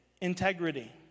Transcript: integrity